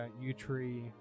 U-tree